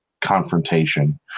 confrontation